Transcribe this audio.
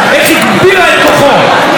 איך הגבירה את כוחו.